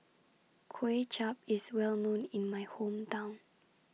Kway Chap IS Well known in My Hometown